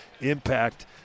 impact